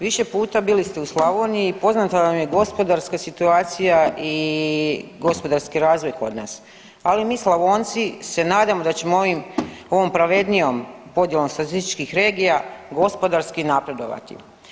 Više puta bili ste u Slavoniji i poznata vam je gospodarska situacija i gospodarski razvoj kod nas, ali mi Slavonci se nadamo da će ovom pravednijom podjelom statističkih regija gospodarski napredovati.